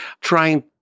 trying